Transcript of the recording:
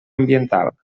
ambiental